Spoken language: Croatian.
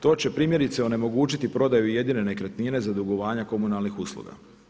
To će primjerice onemogućiti prodaju jedine nekretnine za dugovanja komunalnih usluga.